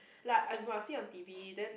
like I don't know I see on T_V then